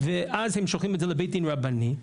ואז הם שולחים את זה לבית דין רבני,